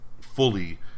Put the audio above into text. fully